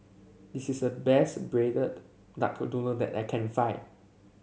this is the best Braised Duck Noodle that I can find